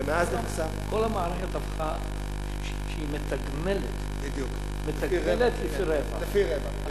כל המערכת הפכה למתגמלת לפי רווח.